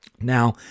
Now